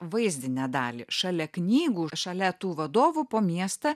vaizdinę dalį šalia knygų šalia tų vadovų po miestą